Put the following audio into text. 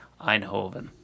Eindhoven